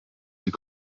die